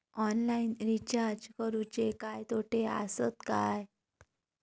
Online recharge करुचे काय तोटे आसत काय?